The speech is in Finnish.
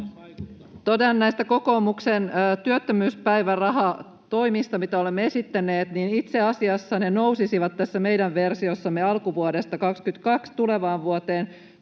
Totean näistä kokoomuksen työttömyyspäivärahatoimista, mitä olemme esittäneet, että itse asiassa ne nousisivat tässä meidän versiossamme alkuvuoteen 22 verrattuna